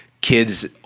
kids